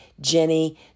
Jenny